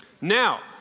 Now